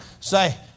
say